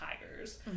tigers